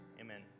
Amen